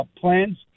plans